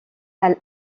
elle